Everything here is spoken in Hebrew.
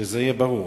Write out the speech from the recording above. שזה יהיה ברור.